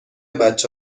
بچه